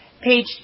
page